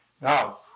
Now